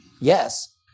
Yes